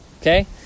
Okay